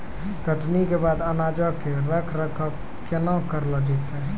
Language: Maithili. कटनी के बाद अनाजो के रख रखाव केना करलो जैतै?